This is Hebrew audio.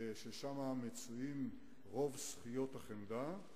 שם מצויות רוב שכיות החמדה,